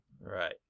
Right